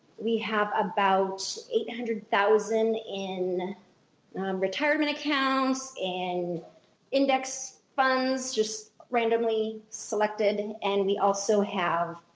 we have about eight hundred thousand in retirement accounts and index funds just randomly selected. and and we also have.